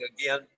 again